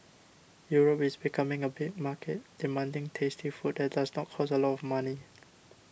Europe is becoming a big market demanding tasty food that does not cost a lot of money